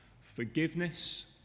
forgiveness